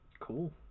Cool